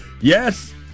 Yes